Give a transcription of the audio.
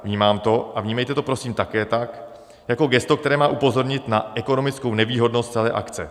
Vnímám to a vnímejte to prosím také tak, jako gesto, které má upozornit na ekonomickou nevýhodnost celé akce.